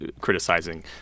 criticizing